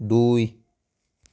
দুই